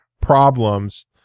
problems